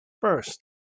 First